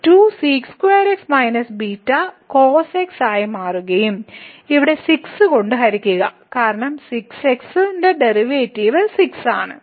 2sec2 x - β cos x ആയി മാറുക ഇവിടെ 6 കൊണ്ട് ഹരിക്കുക കാരണം ഇത് 6 x ഉം ഡെറിവേറ്റീവ് 6 ഉം ആണ്